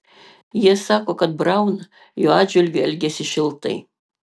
jie sako kad braun jo atžvilgiu elgėsi šiltai